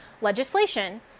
legislation